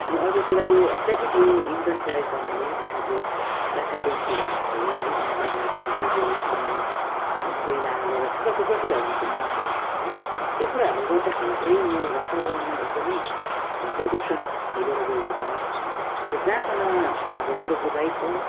अनि अर्को कुरा यो अत्याधिक यो इनधन प्रयोग गर्नाले अर्थात् यो पेट्रोलियम कुराहरू भयो है अनि लगायत डिजेल अन्य कोइला लगायल थुप्रो थुप्रो कुराहरू आउँछ इन्धन भनेपछि है त्यो कुराहरूले गर्दाखेरि चाहिँ यो वातावरणमा एकदमै प्रदूषण फैलिएर गएको छ अन्त जहाँसम्म अब मेरो बुझाइ छ